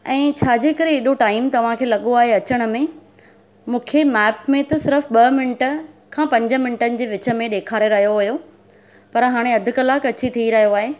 ऐं छाजे करे एॾो टाइम तव्हां खे लॻो आहे अचण में मूंखे मेप में त सिर्फ़ु ॿ मिंट खां पंज मिंट जे विच में ॾेखारे रहियो हुयो पर हाणे अधि कलाकु अची थी रहियो आहे